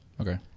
Okay